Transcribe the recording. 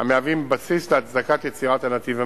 המהווים בסיס להצדקת יצירת הנתיב המהיר.